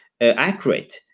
accurate